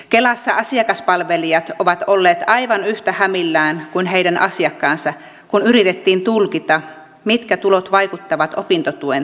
kelassa asiakaspalvelijat ovat olleet aivan yhtä hämillään kuin heidän asiakkaansa kun yritettiin tulkita mitkä tulot vaikuttavat opintotuen tulorajoihin